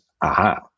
Aha